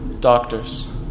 Doctors